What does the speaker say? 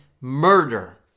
murder